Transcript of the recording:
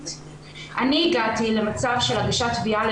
והנה אני מגיעה לוועדה עם אבחונים,